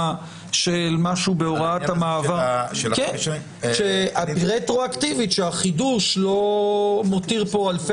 של משהו בהוראת המעבר שרטרואקטיבית שהחידוש לא מותיר פה אלפי